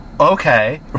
Okay